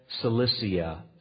Cilicia